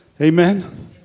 Amen